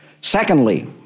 Secondly